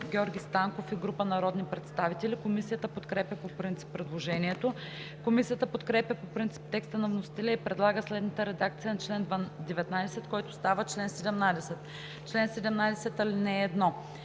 Георги Станков и група народни представители. Комисията подкрепа по принцип предложението. Комисията подкрепя по принцип текста на вносителя и предлага следната редакция на чл. 19, който става чл. 17: „Чл. 17. (1) Бизнес